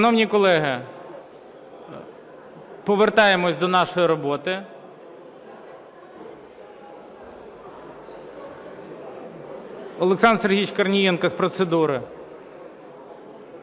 Шановні колеги, повертаємось до нашої роботи. Олександр Сергійович Корнієнко – з процедури.